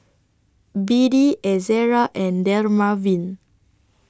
B D Ezerra and Dermaveen